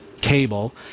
cable